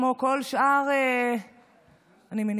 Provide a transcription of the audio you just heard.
כמו כל שאר הישראלים,